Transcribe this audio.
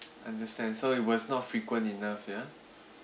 understand so it was not frequent enough ya